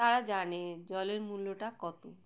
তারা জানে জলের মূল্যটা কত